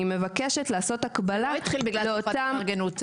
אני מבקשת לעשות הקבלה --- זה לא התחיל בדבר תקופת התארגנות.